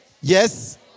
Yes